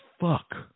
fuck